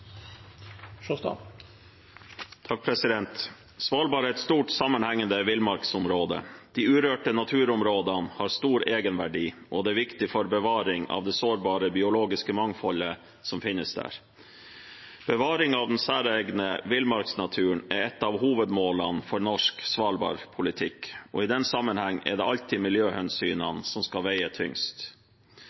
er et stort sammenhengende villmarksområde. De urørte naturområdene har stor egenverdi og det er viktig for bevaring av det sårbare biologiske mangfoldet som finnes der. Bevaring av den særegne villmarksnaturen er et av hovedmålene for norsk svalbardpolitikk, og i den sammenheng er det alltid miljøhensynene som skal veie